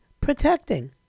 protecting